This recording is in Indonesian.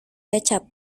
kecap